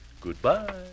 Goodbye